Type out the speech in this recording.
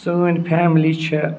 سٲنۍ فیملی چھےٚ